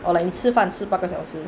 or like me 吃饭吃八个小时